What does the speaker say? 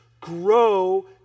Grow